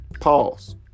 pause